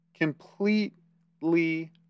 completely